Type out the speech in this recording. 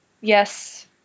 yes